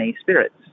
Spirits